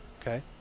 okay